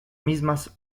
mismas